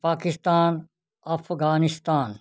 Pakistan Afghanistan